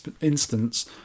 instance